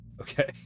okay